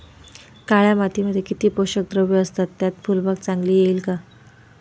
काळ्या मातीमध्ये किती पोषक द्रव्ये असतात, त्यात फुलबाग चांगली येईल का?